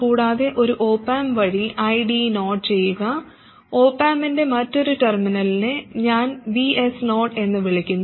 കൂടാതെ ഒരു op amp വഴി ID0 ചെയ്യുക ഓപ് ആമ്പ് ന്റെ മറ്റൊരു ടെർമിനലിനെ ഞാൻ Vs0 എന്ന് വിളിക്കുന്നു